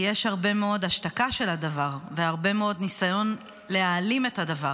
יש הרבה מאוד השתקה של הדבר והרבה מאוד ניסיון להעלים את הדבר.